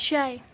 شےَ